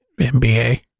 MBA